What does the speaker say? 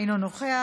אינו נוכח,